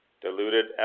Diluted